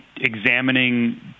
examining